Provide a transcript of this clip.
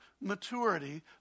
maturity